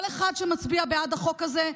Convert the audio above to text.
כל אחד שמצביע בעד החוק הזה,